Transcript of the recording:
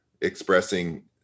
expressing